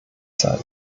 sein